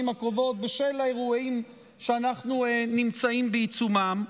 הקרובות בשל האירועים שאנחנו נמצאים בעיצומם,